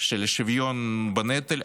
של שוויון בנטל,